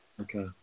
Okay